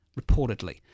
reportedly